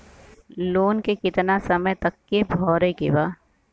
Loan के कितना समय तक मे भरे के बा?